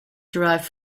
derived